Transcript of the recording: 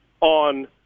on